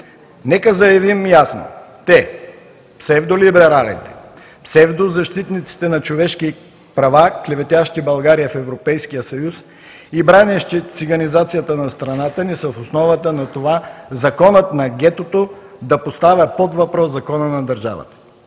Нека заявим ясно: те, псевдолибералите, псевдозащитниците на човешки права, клеветящи България в Европейския съюз и бранещи циганизацията на страната ни, са в основата на това законът на гетото да поставя под въпрос закона на държавата.